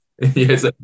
yes